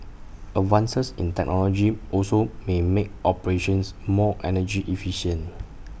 advances in technology also may make operations more energy efficient